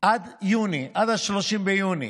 עד 30 ביוני.